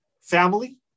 family